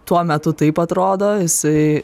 tuo metu taip atrodo jisai